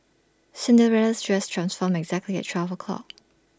Cinderella's dress transformed exactly at twelve o' clock